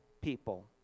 people